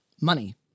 money